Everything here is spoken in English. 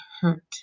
hurt